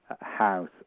house